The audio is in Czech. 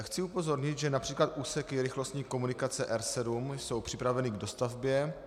Chci upozornit, že například úseky rychlostní komunikace R7 jsou připraveny k dostavbě.